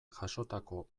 jasotako